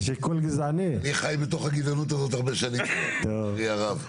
אני חי בתוך הגזענות הזאת הרבה שנים, אדוני הרב.